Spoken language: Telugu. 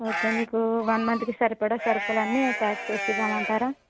ఓకే మీకు వన్ మంత్ కి సరిపడా సరుకులన్నీ ప్యాక్ చేసి ఇవ్వమంటారా